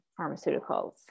pharmaceuticals